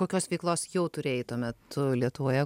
kokios veiklos jau turėjai tuo metu lietuvoje